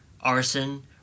arson